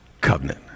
covenant